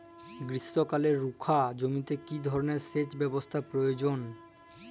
গ্রীষ্মকালে রুখা জমিতে কি ধরনের সেচ ব্যবস্থা প্রয়োজন?